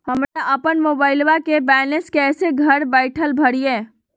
हमरा अपन मोबाइलबा के बैलेंस कैसे घर बैठल भरिए?